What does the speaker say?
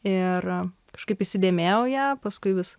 ir kažkaip įsidėmėjau ją paskui vis